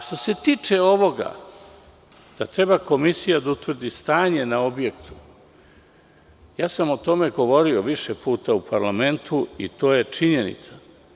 Što se tiče ovoga da treba komisija da utvrdi stanje na objektu, o tome sam govorio više puta u parlamentu i to je činjenica.